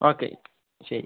okay ശരി